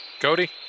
Cody